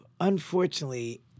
Unfortunately